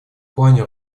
плане